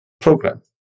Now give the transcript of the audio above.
program